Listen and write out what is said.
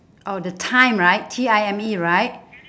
oh the time right T I M E right